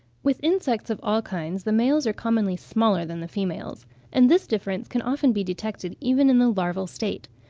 with insects of all kinds the males are commonly smaller than the females and this difference can often be detected even in the larval state.